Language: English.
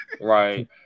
Right